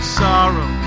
sorrow